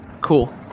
Cool